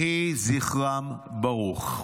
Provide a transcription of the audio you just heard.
יהי זכרם ברוך.